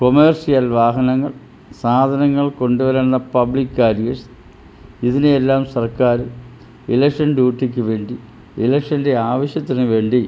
commercial വാഹനങ്ങൾ സാധനങ്ങൾ കൊണ്ട് വരുന്ന പബ്ലിക് കാരിയെർസ് ഇതിനെയെല്ലാം സർക്കാർ ഇലക്ഷൻ ഡ്യൂട്ടിക്ക് വേണ്ടി ഇലക്ഷൻ്റെ ആവശ്യത്തിന് വേണ്ടി